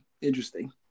Interesting